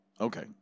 Okay